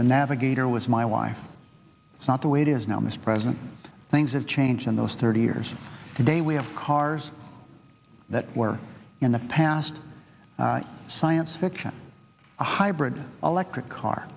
the navigator was my wife it's not the way it is now in this present things have changed in those thirty years today we have cars that were in the past science fiction a hybrid electric car